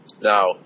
Now